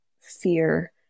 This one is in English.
fear